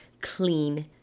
clean